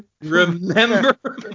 remember